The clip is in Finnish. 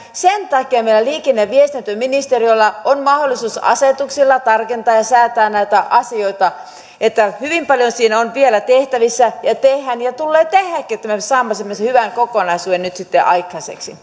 sen takia meillä liikenne ja viestintäministeriöllä on mahdollisuus asetuksilla tarkentaa ja säätää näitä asioita eli hyvin paljon siinä on vielä tehtävissä ja tehdään ja tullaan tekemään että me saamme semmoisen hyvän kokonaisuuden nyt sitten aikaiseksi